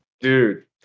Dude